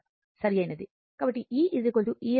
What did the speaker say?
కాబట్టి e Em sin ω t కి సమానం